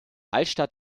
altstadt